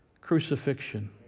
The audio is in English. crucifixion